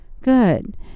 good